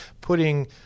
putting